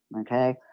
Okay